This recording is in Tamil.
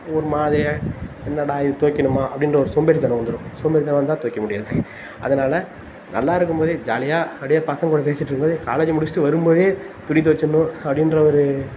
ஒரு மாதிரியாக என்னடா இது துவைக்கணுமா அப்படின்ற ஒரு சோம்பேறித்தனம் வந்துடும் சோம்பேறித்தனம் வந்தால் துவைக்க முடியாது அதனால் நல்லா இருக்கும் போதே ஜாலியாக அப்படியே பசங்கள் கூட பேசிகிட்டு இருக்கும்போதே காலேஜை முடிச்சுட்டு வரும்போதே துணி துவைச்சின்னும் அப்படின்ற ஒரு